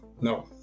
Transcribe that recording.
No